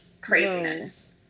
craziness